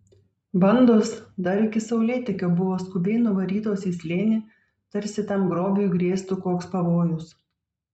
bandos dar iki saulėtekio buvo skubiai nuvarytos į slėnį tarsi tam grobiui grėstų koks pavojus